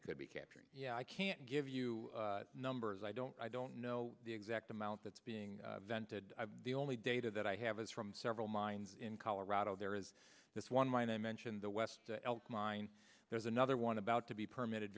could be capturing yeah i can't give you numbers i don't i don't know the exact amount that's being vented the only data that i have is from several mines in colorado there is this one mine i mentioned the west elk mine there's another one about to be permitted